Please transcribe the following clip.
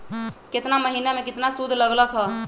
केतना महीना में कितना शुध लग लक ह?